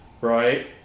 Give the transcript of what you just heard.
Right